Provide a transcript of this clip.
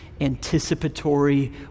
anticipatory